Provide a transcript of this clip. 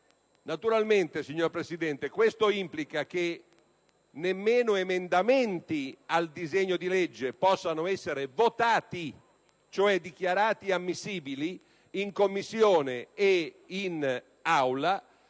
Naturalmente, signor Presidente, questo implica che nemmeno emendamenti al disegno di legge possano essere votati, cioè dichiarati ammissibili, in Commissione e in Aula,